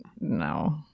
no